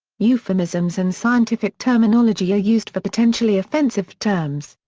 euphemisms and scientific terminology are used for potentially offensive terms.